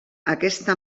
aquesta